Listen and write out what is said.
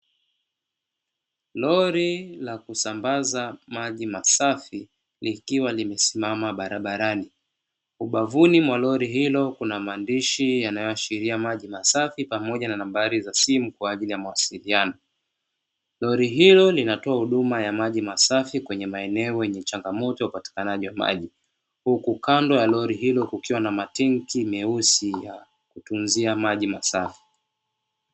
Lori la kusambaza maji masafi likiwa limesimama barabarani, ubavuni mwa lori hilo kuna maandishi yanayoashiria maji masafi pamoja na nambari za simu kwa ajili ya mawasiliano, lori hilo linatoa huduma ya maji masafi kwenye maeneo yenye changamoto upatikanaji wa maji huku kando ya lori hilo kukiwa na matangi meusi ya kutunzia maji masafi.